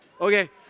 Okay